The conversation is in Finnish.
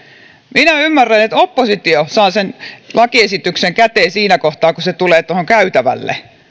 minä ymmärrän että oppositio saa sen lakiesityksen käteen siinä kohtaa kun se tulee tuohon käytävälle